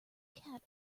cat